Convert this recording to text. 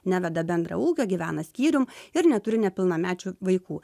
neveda bendro ūkio gyvena skyrium ir neturi nepilnamečių vaikų